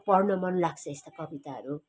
पढ्न मन लाग्छ यस्ता कविताहरू